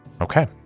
okay